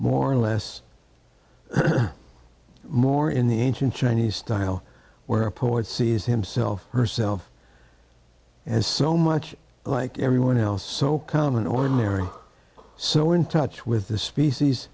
more or less more in the ancient chinese style where a poet sees himself herself as so much like everyone else so common ordinary so in touch with the species